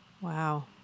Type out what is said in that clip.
Wow